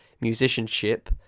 musicianship